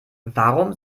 warum